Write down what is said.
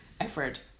effort